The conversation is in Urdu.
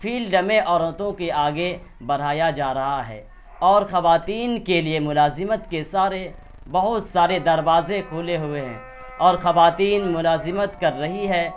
فیلڈ میں عورتوں کے آگے بڑھایا جا رہا ہے اور خواتین کے لیے ملازمت کے سارے بہت سارے دروازے کھلے ہوئے ہیں اور خواتین ملازمت کر رہی ہے